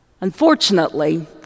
Unfortunately